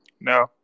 No